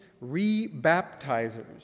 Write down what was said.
re-baptizers